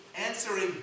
answering